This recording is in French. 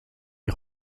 est